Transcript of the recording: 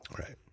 Right